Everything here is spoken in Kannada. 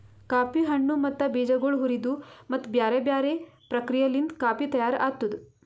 ಕಾಫಿ ಹಣ್ಣು ಮತ್ತ ಬೀಜಗೊಳ್ ಹುರಿದು ಮತ್ತ ಬ್ಯಾರೆ ಬ್ಯಾರೆ ಪ್ರಕ್ರಿಯೆಲಿಂತ್ ಕಾಫಿ ತೈಯಾರ್ ಆತ್ತುದ್